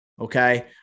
Okay